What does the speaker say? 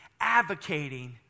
advocating